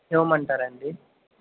ఇవ్వమంటారా అండీ